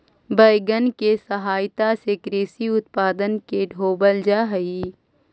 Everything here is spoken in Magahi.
वैगन के सहायता से कृषि उत्पादन के ढोवल जा हई